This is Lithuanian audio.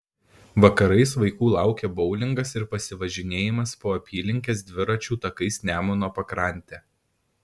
vakarais vaikų laukia boulingas ir pasivažinėjimas po apylinkes dviračių takais nemuno pakrante